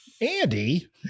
Andy